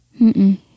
Mm-mm